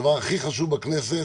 הדבר הכי חשוב בכנסת,